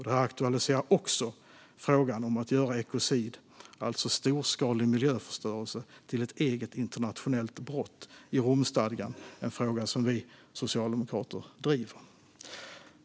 Det aktualiserar också frågan om att göra ekocid, alltså storskalig miljöförstörelse, till ett eget internationellt brott i Romstadgan. Det är en fråga vi socialdemokrater driver.